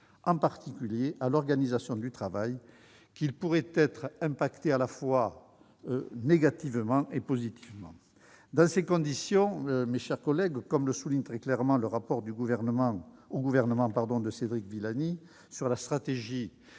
en particulier à l'organisation du travail, qui pourrait être impactée à la fois négativement et positivement. Dans ces conditions, mes chers collègues, et comme le souligne très clairement le rapport intitulé, remis au Gouvernement par Cédric Villani et rendu